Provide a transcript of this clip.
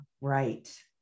right